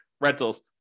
rentals